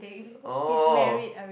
oh